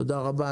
תודה רבה.